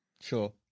Sure